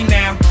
now